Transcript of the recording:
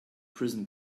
prison